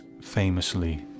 famously